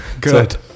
Good